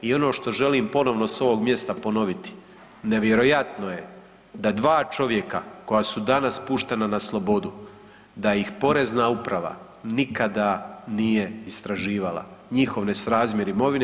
I ono što želim ponovno s ovog mjesta ponoviti, nevjerojatno je da dva čovjeka koja su danas puštena na slobodu da ih porezna uprava nikada nije istraživala njihov nesrazmjer imovine.